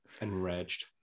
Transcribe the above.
Enraged